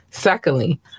Secondly